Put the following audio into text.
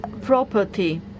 property